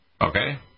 Okay